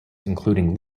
including